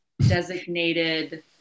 designated